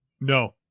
No